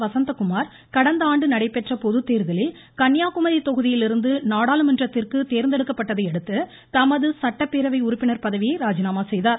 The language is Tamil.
வசந்தகுமார் கடந்த ஆண்டு நடைபெற்ற பொதுத்தேர்தலில் கன்னியாகுமரி தொகுதியிலிருந்து நாடாளுமன்றத்திற்கு தேர்ந்தெடுக்கப்பட்டதையடுத்து தமது சட்டப்பேரவை உறுப்பினர் பதவியை ராஜினாமா செய்தார்